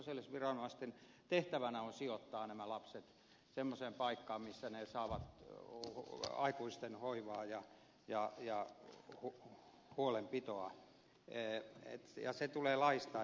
kunnan sosiaaliviranomaisten tehtävänä on sijoittaa nämä lapset semmoiseen paikkaan missä he saavat aikuisten hoivaa ja huolenpitoa ja se tulee laista